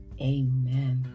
Amen